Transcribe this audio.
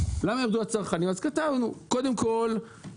הכול בקידוחים סופר מורכבים.